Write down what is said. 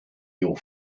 your